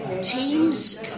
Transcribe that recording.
Teams